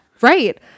right